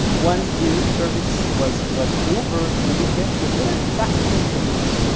once the lip service was was over, you would get to very practical things.